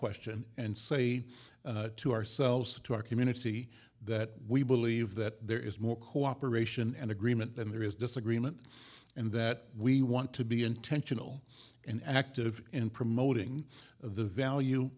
question and say to ourselves to our community that we believe that there is more cooperation and agreement than there is disagreement and that we want to be intentional and active in promoting the value